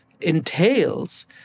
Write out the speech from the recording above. entails